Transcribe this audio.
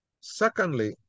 Secondly